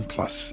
Plus